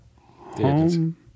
home